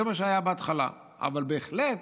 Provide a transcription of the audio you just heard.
זה מה שהיה בהתחלה, אבל בהחלט